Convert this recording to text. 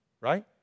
right